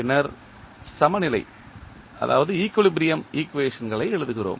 பின்னர் சமநிலை ஈக்குவேஷன்களை எழுதுகிறோம்